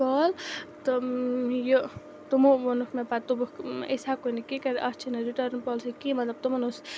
کال تہٕ یہِ تِمو ووٚنُکھ مےٚ پَتہٕ دوٚپُکھ أسۍ ہٮ۪کو نہٕ کیٚنٛہہ کٔرِتھ اَتھ چھِنہٕ رِٹٲرٕن پالسی کینٛہہ مطلب تِمَن اوس